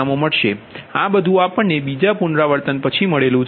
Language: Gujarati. આ બધુ આપણને બીજા પુનરાવૃત્તિ પછી મળ્યુ છે